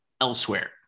elsewhere